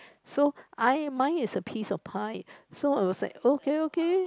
so I mine is a piece of pie so I was like okay okay